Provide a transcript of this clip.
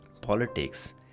Politics